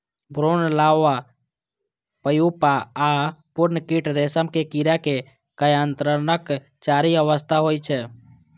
भ्रूण, larva, pupa आ पूर्ण कीट रेशम के कीड़ा के कायांतरणक चारि अवस्था होइ छै